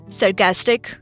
sarcastic